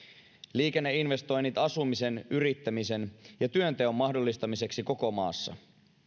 liikenneinvestoinnit asumisen yrittämisen ja työnteon mahdollistamiseksi koko maassa